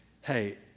hey